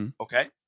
Okay